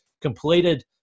completed